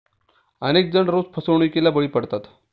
अनेक जण रोज फसवणुकीला बळी पडतात